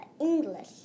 English